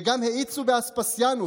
וגם האיצו באספסיאנוס,